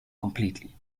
completely